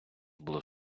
було